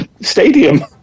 stadium